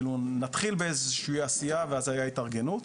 כלומר נתחיל באיזו שהיא עשייה ואז תהיה התארגנות.